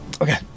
Okay